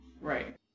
Right